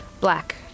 Black